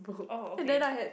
oh okay